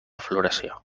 floració